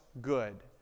good